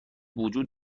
وجود